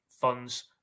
funds